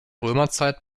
römerzeit